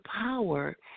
power